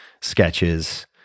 sketches